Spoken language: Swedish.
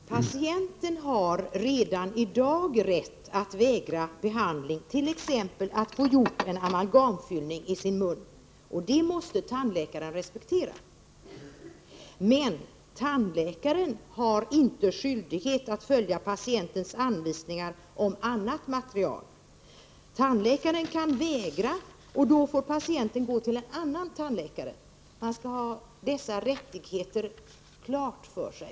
Herr talman! Patienten har redan i dag rätt att vägra behandling, t.ex. att få en amalgamfyllning gjord i sin mun. Det måste tandläkaren respektera. Men tandläkaren har inte skyldighet att följa patientens anvisningar om annat material. Tandläkaren kan vägra, och då får patienten gå till en annan tandläkare. Man skall ha dessa rättigheter klara för sig.